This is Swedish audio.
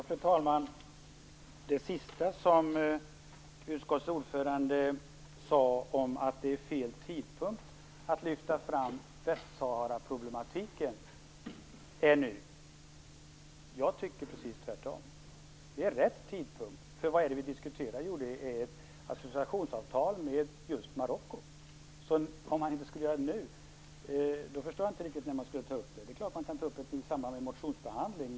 Fru talman! Utskottets ordförande sade att det är fel tidpunkt att nu lyfta fram Västsaharaproblematiken. Jag tycker precis tvärtom. Det är rätt tidpunkt. Vad är det vi diskuterar? Jo, det är associationsavtal med just Marocko. Om man inte skulle göra det nu, förstår jag inte riktigt när man skulle ta upp det. Man kan naturligtvis ta upp frågan i samband med motionsbehandling.